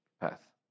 path